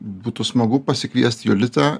būtų smagu pasikviest jolitą